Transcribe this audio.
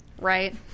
right